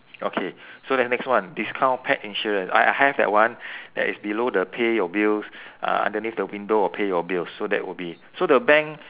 okay so then next one discount pet insurance I I have that one that is below the pay your bills uh underneath the window of pay your bills so that will be so the bank